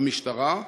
המשטרה?